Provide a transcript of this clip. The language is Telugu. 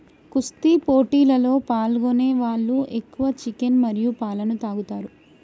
కుస్తీ పోటీలలో పాల్గొనే వాళ్ళు ఎక్కువ చికెన్ మరియు పాలన తాగుతారు